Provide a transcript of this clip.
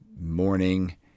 morning